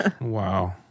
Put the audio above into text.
Wow